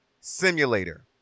simulator